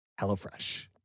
HelloFresh